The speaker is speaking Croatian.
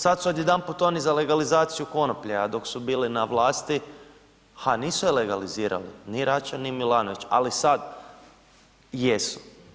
Sad su odjedanput oni za legalizaciju konoplje a dok su bili na vlasti, nisu je legalizirali, ni Račan ni Milanović ali sad jesu.